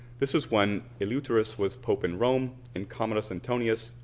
this was when eleuterus was pope in rome and commodus antonius,